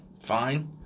fine